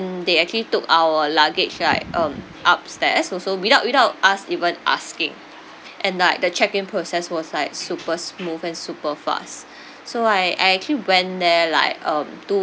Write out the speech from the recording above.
they actually took our luggage right um upstairs also without without us even asking and like the checking process was like super smooth and super fast so I actually went there like um